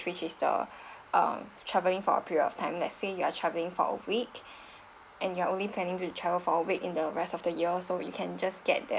which is the um travelling for a period of time let say you are travelling for a week and you are only planning to travel for a week in the rest of the year so you can just get that